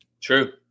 true